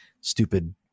stupid